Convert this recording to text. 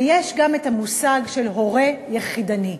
ויש גם המושג של הורה יחידני.